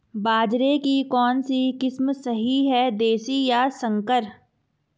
बाजरे की कौनसी किस्म सही हैं देशी या संकर?